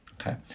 Okay